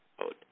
out